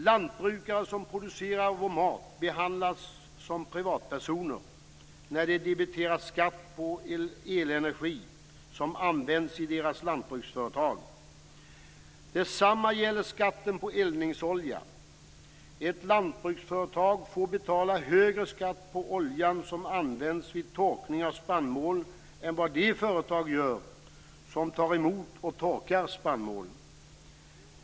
Lantbrukare som producerar vår mat behandlas som privatpersoner när de debiteras skatt på elenergi som används i deras lantbruksföretag. Detsamma gäller skatten på eldningsolja. Ett lantbruksföretag får betala högre skatt på olja som används vid torkning av spannmål än vad de företag gör som tar emot och torkar spannmålet.